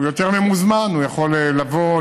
הוא יותר ממוזמן: הוא יכול לבוא,